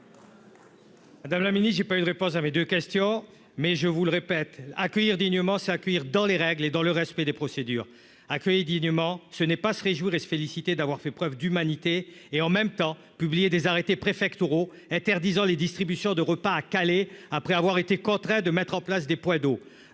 Madame la ministre, je n'ai pas eu de réponse à mes deux questions. Je le répète, accueillir dignement, c'est accueillir dans les règles et dans le respect des procédures. Accueillir dignement, ce n'est pas se réjouir et se féliciter d'avoir fait preuve d'humanité et, en même temps, publier des arrêtés préfectoraux interdisant les distributions de repas à Calais, après avoir été contraint de mettre en place des points d'eau.